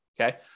okay